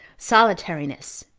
solitariness.